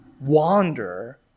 wander